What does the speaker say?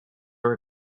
are